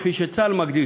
כפי שצה"ל מגדיר,